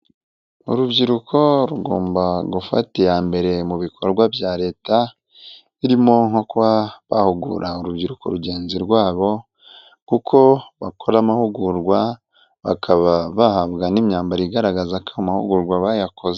Urubyiruko rugomba gufata iya mbere mu bikorwa bya Leta. Birimo nko kuba bahugura urubyiruko rugenzi rwabo kuko bakora amahugurwa bakaba bahabwa n'imyambaro igaragaza ko amahugurwa bayakoze.